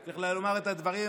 צריך לומר את הדברים.